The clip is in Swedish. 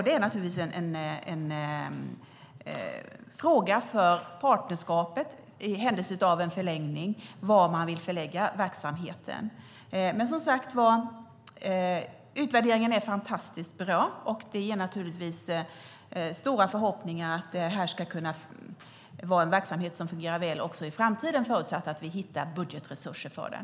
Det är naturligtvis en fråga för partnerskapet, i händelse av en förlängning, var man vill förlägga verksamheten. Utvärderingen är som sagt fantastiskt bra. Det ger naturligtvis stora förhoppningar att det här ska kunna vara en verksamhet som fungerar väl också i framtiden, förutsatt att vi hittar budgetresurser för den.